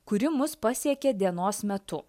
kuri mus pasiekė dienos metu